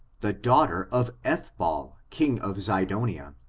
the daughter of ethball, king of zidonia.